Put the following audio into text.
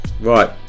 Right